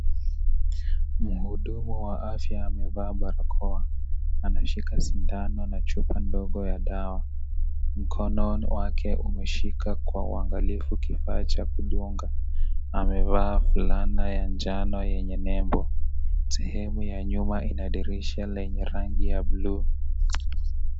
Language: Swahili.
Muhudumu wa afya amevaa barakoa, anashika sindano na chupa ndogo ya dawa. Mkononi wake umeshika kwa uangalifu kifaa cha kudunga na amevaa fulana ya njano yenye nembo. Sehemu ya nyuma ina dirisha lenye rangi ya buluu.